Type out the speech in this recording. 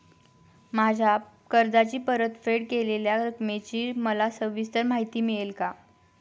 माझ्या कर्जाची परतफेड केलेल्या रकमेची मला सविस्तर माहिती मिळेल का?